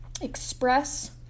express